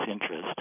interest